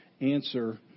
answer